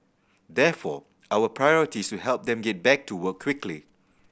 therefore our priority is to help them get back to work quickly